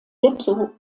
ghetto